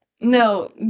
No